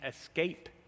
escape